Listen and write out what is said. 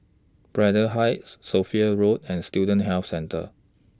Braddell Heights Sophia Road and Student Health Centre